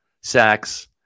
sacks